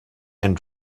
and